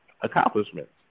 accomplishments